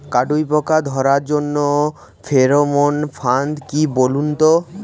কাটুই পোকা ধরার জন্য ফেরোমন ফাদ কি বলুন তো?